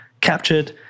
captured